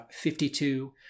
52